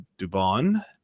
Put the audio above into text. Dubon